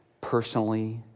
personally